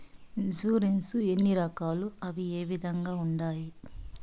insurance ఎన్ని రకాలు అవి ఏ విధంగా ఉండాయి